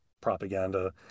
propaganda